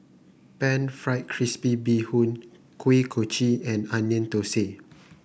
pan fried crispy Bee Hoon Kuih Kochi and Onion Thosai